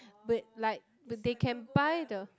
wait like they can buy the